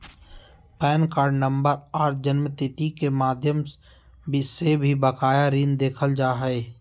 pan card number आर जन्मतिथि के माध्यम से भी बकाया ऋण देखल जा हय